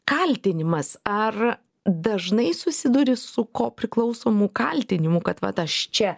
kaltinimas ar dažnai susiduri su kopriklausomu kaltinimu kad vat aš čia